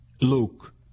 Luke